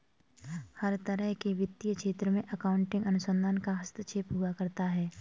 हर तरह के वित्तीय क्षेत्र में अकाउन्टिंग अनुसंधान का हस्तक्षेप हुआ करता है